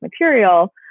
material